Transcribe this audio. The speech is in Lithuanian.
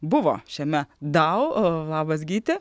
buvo šiame dau labas gyti